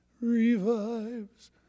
revives